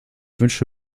wünsche